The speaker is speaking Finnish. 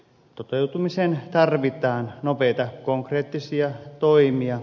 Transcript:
toteutumiseen tarvitaan nopeita konkreettisia toimia